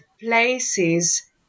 places